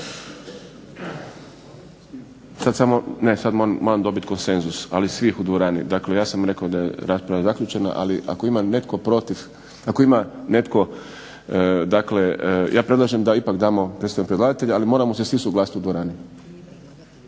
Sad samo, ne moram dobiti konsenzus ali svih u dvorani. Dakle, ja sam rekao da je rasprava zaključena, ali ako ima netko, dakle ja predlažem da ipak damo predstavniku predlagatelja, ali moramo se svi usuglasiti u dvorani.